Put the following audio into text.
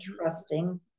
trusting